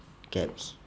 gaps